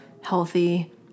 healthy